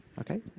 okay